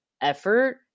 effort